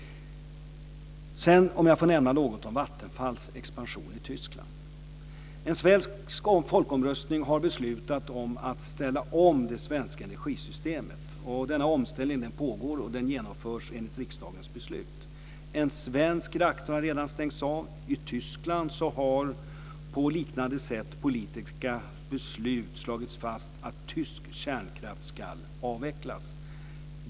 Låt mig sedan nämna något om Vattenfalls expansion i Tyskland. En svensk folkomröstning har beslutat att ställa om det svenska energisystemet. Denna omställning pågår, och den genomförs enligt riksdagens beslut. En svensk reaktor har redan stängts av. I Tyskland har på liknande sätt politiska beslut slagit fast att tysk kärnkraft ska avvecklas.